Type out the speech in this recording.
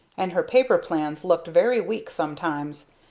and her paper plans looked very weak sometimes,